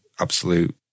absolute